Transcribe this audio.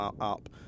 up